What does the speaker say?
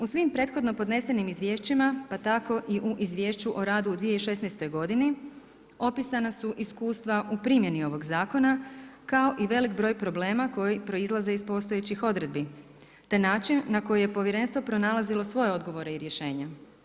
U svim prethodno podnesenim izvješćima, pa tako i u Izvješću o radu u 2016. godini opisana su iskustva u primjeni ovoga zakona kao i velik broj problema koji proizlaze iz postojećih odredbi te način na koji je Povjerenstvo pronalazilo svoje odgovore i rješenja.